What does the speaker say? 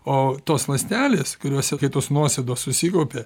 o tos ląstelės kuriose tos nuosėdos susikaupė